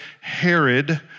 Herod